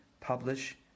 publish